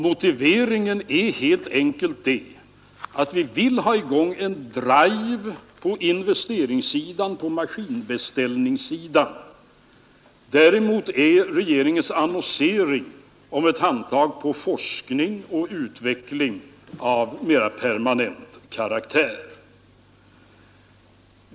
Motiveringen är helt enkelt den att vi vill ha i gång en drive på investeringssidan och på maskinbeställnigssidan. Däremot är regeringens annonsering om ett handtag till forskning och utveckling av mera permanent karaktär.